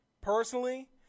personally